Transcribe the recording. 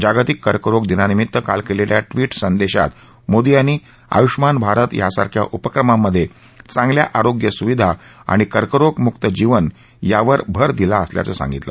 जागतिक कर्करोग दिनानिमित्त काल केलेल्या ट्विट संदेशात मोदी यांनी आयुष्मान भारत सारख्या उपक्रमांमध्ये चांगल्या आरोग्य सुविधा आणि कर्करोग मुक्त जीवन यावर भर दिला असल्याचं सांगितलं